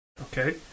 okay